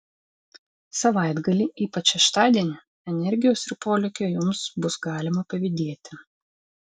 savaitgalį ypač šeštadienį energijos ir polėkio jums bus galima pavydėti